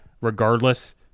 regardless